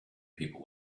people